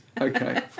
Okay